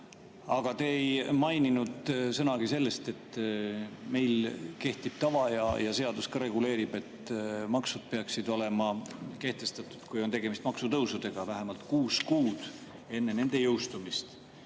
Aga te ei maininud sõnagi sellest, et meil kehtib tava ja ka seadus reguleerib, et maksud peaksid olema kehtestatud, kui on tegemist maksutõusudega, vähemalt kuus kuud enne nende jõustumist.